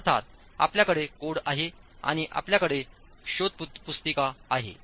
अर्थात आपल्याकडे कोड आहे आणि आपल्याकडे शोधपुस्तिका आहे